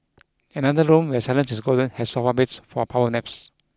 another room where silence is golden has sofa beds for power naps